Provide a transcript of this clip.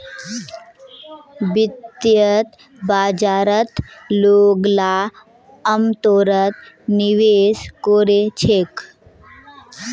वित्तीय बाजारत लोगला अमतौरत निवेश कोरे छेक